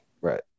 Right